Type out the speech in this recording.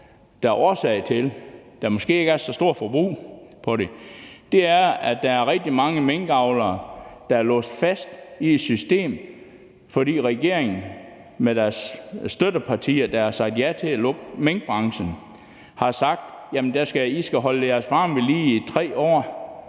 der er årsag til, at der måske ikke er blevet brugt så meget, er, at der er rigtig mange minkavlere, der er låst fast i systemet, fordi regeringen – med deres støttepartier, der har sagt ja til at lukke minkbranchen – har sagt: I skal holde jeres farme ved lige i 3 år,